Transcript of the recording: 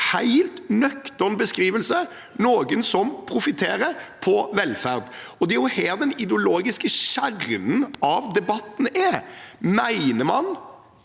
helt nøktern beskrivelse: noen som profitterer på velferd. Det er her den ideologiske kjernen av debatten er. Begge